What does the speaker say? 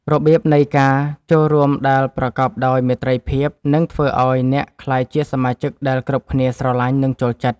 របៀបនៃការចូលរួមដែលប្រកបដោយមេត្រីភាព នឹងធ្វើឱ្យអ្នកក្លាយជាសមាជិកដែលគ្រប់គ្នាស្រឡាញ់ និងចូលចិត្ត។